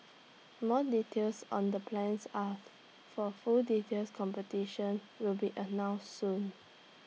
more details on the plans are for full details competition will be announced soon